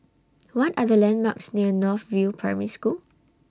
What Are The landmarks near North View Primary School